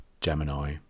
Gemini